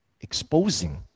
exposing